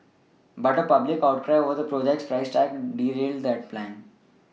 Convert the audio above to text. but a public outcry over the project's price tag derailed that plan